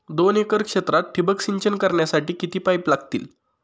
दोन एकर क्षेत्रात ठिबक सिंचन करण्यासाठी किती पाईप लागतील?